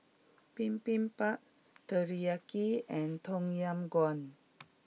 Bibimbap Teriyaki and Tom Yam Goong